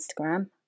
Instagram